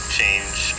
change